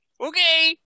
Okay